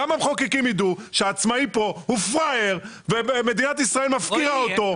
גם המחוקקים ידעו שהעצמאי פה הוא פראייר ומדינת ישראל מפקירה אותו.